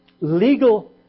legal